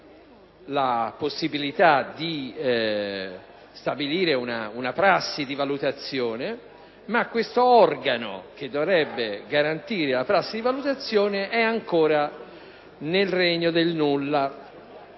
la possibilità di stabilire una prassi di valutazione, ma questo organo, che dovrebbe garantire la prassi di valutazione, è ancora nel regno del nulla.